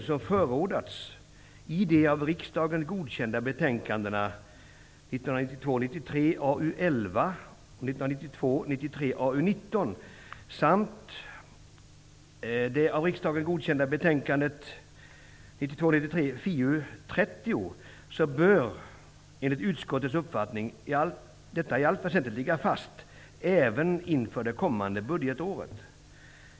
På s. 11 står det: och 1992 93:FiU30 -- bör därför enligt utskottets uppfattning i allt väsentligt ligga fast även inför det kommande budgetåret.''